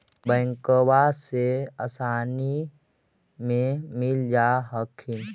बैंकबा से आसानी मे मिल जा हखिन?